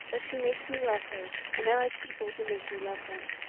but she makes me love her and i like people who make me love them.